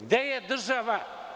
Gde je država?